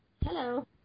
Hello